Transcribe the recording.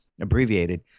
abbreviated